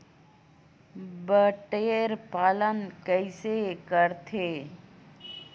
बटेर पालन कइसे करथे?